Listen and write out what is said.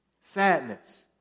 Sadness